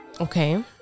Okay